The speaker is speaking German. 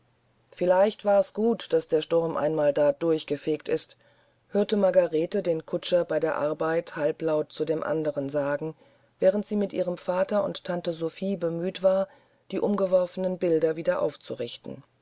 vielleicht war's gut daß der sturm einmal da durchgefegt ist hörte margarete den kutscher bei der arbeit halblaut zu dem andern sagen während sie mit ihrem vater und tante sophie bemüht war die umgeworfenen bilder wieder aufzurichten